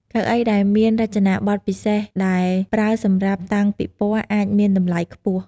កៅអីដែលមានរចនាបថពិសេស ដែលប្រើសម្រាប់តាំងពិព័រណ៍អាចមានតម្លៃខ្ពស់។